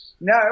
No